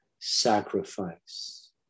sacrifice